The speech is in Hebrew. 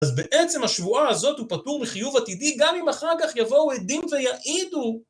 אז בעצם השבועה הזאת הוא פטור מחיוב עתידי, גם אם אחר כך יבואו עדים ויעידו.